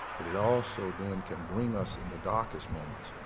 but it also then can bring us in the darkest moments